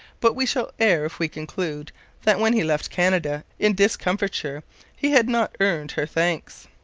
but we shall err if we conclude that when he left canada in discomfiture he had not earned her thanks.